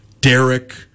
Derek